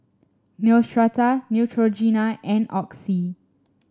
Neostrata Neutrogena and Oxy